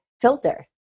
filter